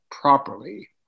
properly